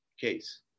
case